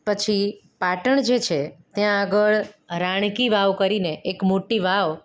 પછી પાટણ જે છે ત્યાં આગળ રાણ કી વાવ કરીને એક મોટી વાવ